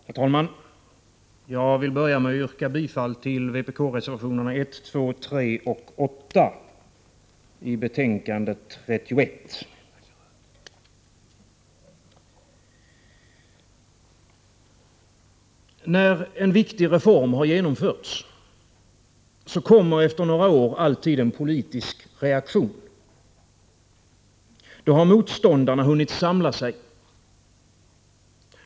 Herr talman! Jag vill börja med att yrka bifall till vpk-reservationerna 1, 2, 3 och 8 i betänkande 31. När en viktig reform har genomförts, kommer efter några år alltid en politisk reaktion. Då har motståndarna hunnit samla sig.